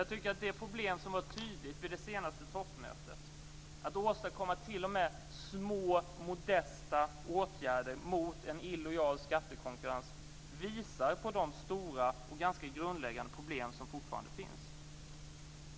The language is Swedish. Jag tycker att det problem som var tydligt vid det senaste toppmötet, att åstadkomma t.o.m. små, modesta åtgärder mot en illojal skattekonkurrens, visar på de stora och ganska grundläggande problem som fortfarande finns.